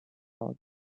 about